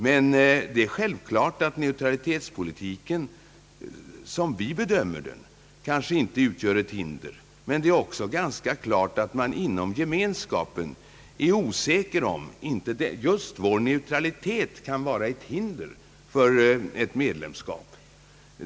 Men det är självklart att neutralitetspolitiken som vi bedömer den kanske inte utgör ett hinder. Det är dock också ganska klart att man inom Gemenskapen är osäker på huruvida inte just vår neutralitet kan vara ett hinder för ett medlemskap.